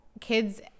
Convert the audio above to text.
kids